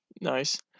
Nice